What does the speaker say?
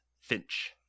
Finch